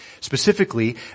specifically